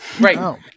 Right